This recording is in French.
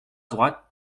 droite